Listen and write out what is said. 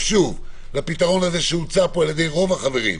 שוב לפתרון שהוצע פה על ידי רוב החברים,